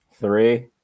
three